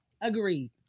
Agreed